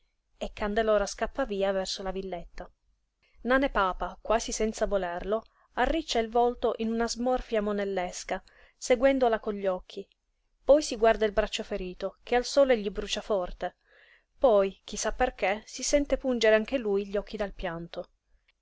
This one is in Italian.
e candelora scappa via verso la villetta nane papa quasi senza volerlo arriccia il volto in una smorfia monellesca seguendola con gli occhi poi si guarda il braccio ferito che al sole gli brucia forte poi chi sa perché si sente pungere anche lui gli occhi dal pianto